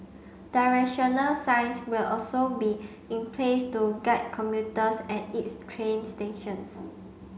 directional signs will also be in place to guide commuters at its train stations